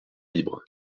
libres